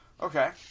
Okay